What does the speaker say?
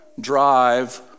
drive